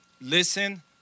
listen